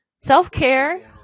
Self-care